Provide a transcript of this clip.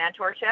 mentorship